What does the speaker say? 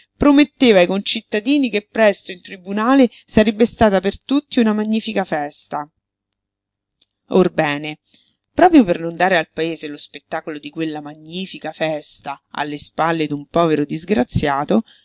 prometteva ai concittadini che presto in tribunale sarebbe stata per tutti una magnifica festa orbene proprio per non dare al paese lo spettacolo di quella magnifica festa alle spalle d'un povero disgraziato